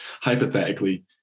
hypothetically